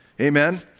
Amen